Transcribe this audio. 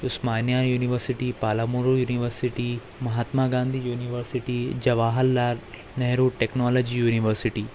Osmania university Palamuru university Mahatma Gandhi university Jawahar Lal Nehru technology university